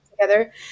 together